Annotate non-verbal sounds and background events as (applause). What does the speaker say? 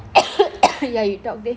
(coughs) ya you talk ba~